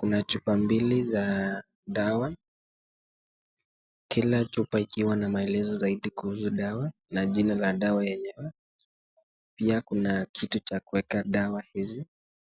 Kina chupa mbili za dawa. Kila chupa ikiwa na maelezo zaidi kuhusu dawa na jina la dawa yenyewe. Pia kuna kitu cha kuweka dawa hizi